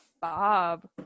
Bob